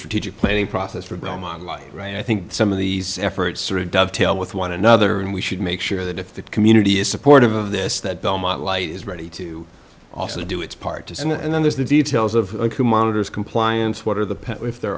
strategic planning process for belmont life right i think some of these efforts sort of dovetail with one another and we should make sure that if the community is supportive of this that belmont light is ready to also do its part to sign and then there's the details of who monitors compliance what are the if there